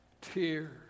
tears